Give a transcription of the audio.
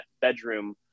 bedroom